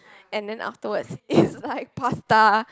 and then afterwards is like pasta